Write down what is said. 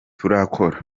turakora